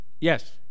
Yes